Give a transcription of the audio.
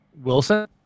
Wilson